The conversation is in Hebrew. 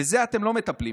בזה אתם לא מטפלים.